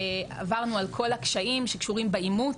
עברנו על כל הקשיים שקשורים בעימות,